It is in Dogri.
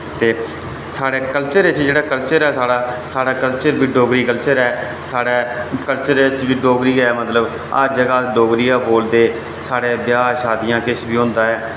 ते साढ़े कल्चरे 'इच जेह्ड़ा ऐ साढ़ा कल्चर ऐ साढ़ा कल्चर बी डोगरी कल्चर ऐ साढ़ै कल्चरे च बी डोगरी गै मतलब हर जगह डोगरी गै बोलदे साढ़ै ब्याह् शादियां किश बी होंदा ऐ